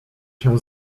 się